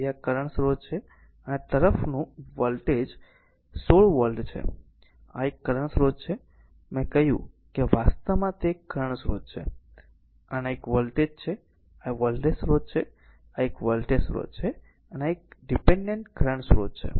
તેથી આ એક કરંટ સ્રોત છે અને આ તરફનું વોલ્ટેજ 16 વોલ્ટ છે આ એક કરંટ સ્રોત છે જે મેં જોયું છે વાસ્તવમાં તે એક કરંટ સ્રોત છે અને આ એક વોલ્ટેજ છે આ એક વોલ્ટેજ સ્રોત છે આ એક વોલ્ટેજ સ્રોત છે અને આ એક ડીપેનડેન્ટ કરંટ સ્રોત છે